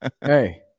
Hey